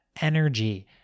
energy